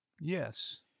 Yes